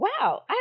Wow